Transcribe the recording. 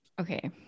Okay